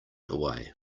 away